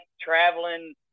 traveling